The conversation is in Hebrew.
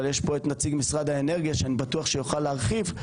אבל יש פה את נציג משרד האנרגיה שאני בטוח שיוכל להרחיב.